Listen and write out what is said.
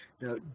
Now